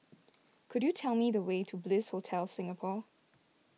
could you tell me the way to Bliss Hotel Singapore